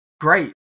Great